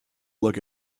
look